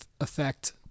effect